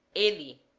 a,